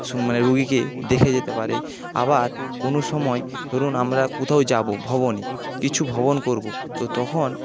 মানে রুগীকে দেখে যেতে পারে আবার কোনো সময় ধরুন আমরা কোথাও যাবো ভ্রমণে কিছু ভ্রমণ করবো তো তখন